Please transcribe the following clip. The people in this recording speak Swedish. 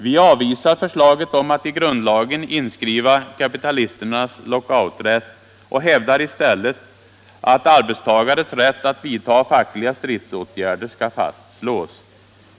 Vi avvisar förslaget om att i grundlagen inskriva kapitalisternas lockouträtt och hävdar i stället att arbetstagares rätt att vidta fackliga stridsåtgärder skall fastslås.